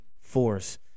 force